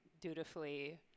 dutifully